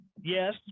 yes